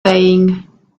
saying